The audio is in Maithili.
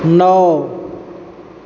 नओ